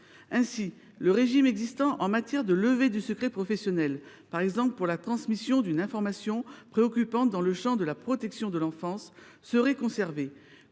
Ainsi, le régime existant en matière de levée du secret professionnel, par exemple pour la transmission d’une information préoccupante dans le champ de la protection de l’enfance, serait maintenu.